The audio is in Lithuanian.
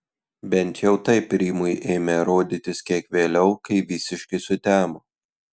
bent jau taip rimui ėmė rodytis kiek vėliau kai visiškai sutemo